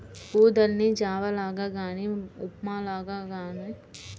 ఊదల్ని జావ లాగా గానీ ఉప్మా లాగానో అన్నంలాగో వండుకొని తింటే సులభంగా జీర్ణమవ్వుద్ది